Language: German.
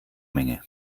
menge